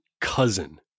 cousin